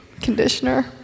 conditioner